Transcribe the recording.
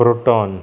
ब्रुटोन